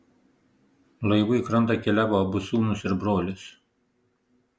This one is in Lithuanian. laivu į krantą keliavo abu sūnūs ir brolis